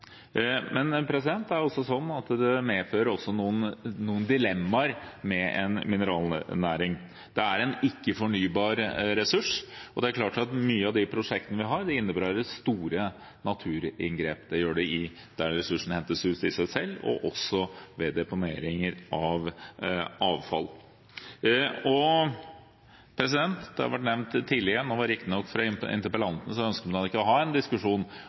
men det er også sånn at det medfører noen dilemmaer å ha en mineralnæring. Det er en ikke-fornybar ressurs, og det er klart at mange av de prosjektene vi har, innebærer store naturinngrep. Det gjør det både der ressursene hentes ut, og ved deponeringene av avfallet. Det har vært nevnt tidligere – nå ønsker riktig nok interpellanten ikke å ha en diskusjon